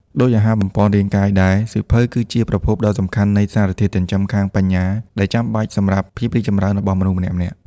ដូចអាហារបំប៉នរាងកាយដែរ សៀវភៅគឺជាប្រភពដ៏សំខាន់នៃសារធាតុចិញ្ចឹមខាងបញ្ញា ដែលចាំបាច់សម្រាប់ភាពរីកចម្រើនរបស់មនុស្សម្នាក់ៗ។